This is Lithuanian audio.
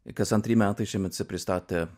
ir kas antri metai šiemet pristatė